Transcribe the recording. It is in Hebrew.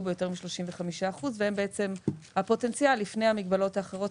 ביותר מ-35% והם הפוטנציאל לפני המגבלות האחרות.